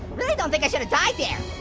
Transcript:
really don't think i should've died there.